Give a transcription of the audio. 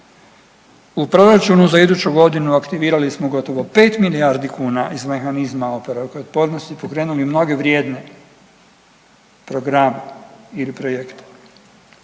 U proračunu za iduću godinu aktivirali smo gotovo pet milijardi kuna iz mehanizma oporavka i otpornosti, pokrenuli mnoge vrijedne programe ili projekte,